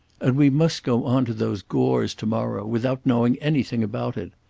and we must go on to those gores to-morrow without knowing anything about it.